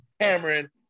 Cameron